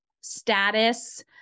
status